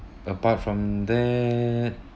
apart from that